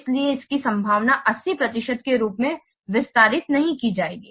इसलिए इसकी संभावना 80 प्रतिशत के रूप में विस्तारित नहीं की जाएगी